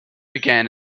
began